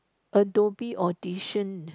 Adobe audition